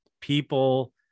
people